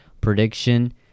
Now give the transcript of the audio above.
prediction